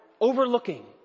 overlooking